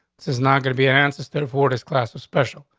this is not gonna be an answer. state afford his classes special.